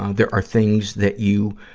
ah there are things that you